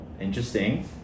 interesting